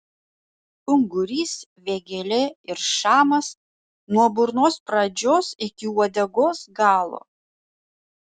ungurys vėgėlė ir šamas nuo burnos pradžios iki uodegos galo